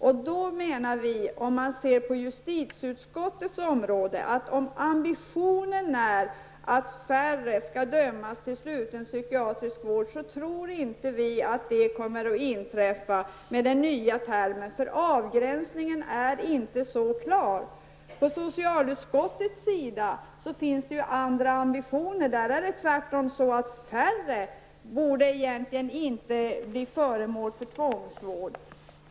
Om man ser till justitieutskottets område menar vi, att om ambitionen är att färre skall dömas till sluten psykiatrisk vård, kommer detta enligt vår mening inte att inträffa genom införandet av den nya termen, eftersom avgränsningen inte är så klar. Socialutskottet har andra ambitioner. Där borde egentligen inte färre bli föremål för tvångsvård.